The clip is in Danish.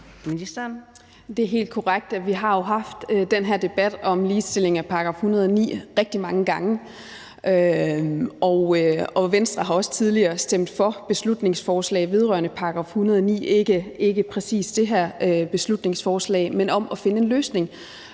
Det er jo helt korrekt, at vi har haft den her debat om ligestilling af § 109 rigtig mange gange, og Venstre har også tidligere stemt for beslutningsforslag vedrørende § 109, ikke præcis det her beslutningsforslag, men om at finde en løsning,